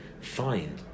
find